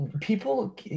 People